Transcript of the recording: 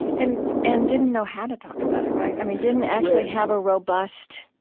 and and didn't know how to talk about it, right? i mean, didn't actually have a robust,